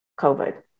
COVID